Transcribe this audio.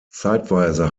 zeitweise